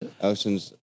Ocean's